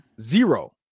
zero